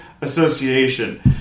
Association